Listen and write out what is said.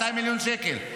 200 מיליון שקל.